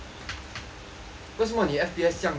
为什么你的 F_P_S 这样这样低